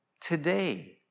today